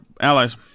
allies